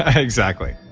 ah exactly.